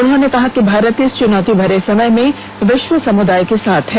उन्होंने कहा कि भारत इस चुनौती भरे समय में विश्व समुदाय के साथ है